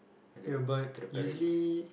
and to the to the parents